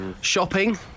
Shopping